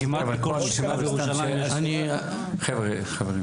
כשרן אומר פה